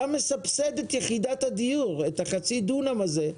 אתה מסבסד את יחידת הדיור, את חצי הדונם הזה.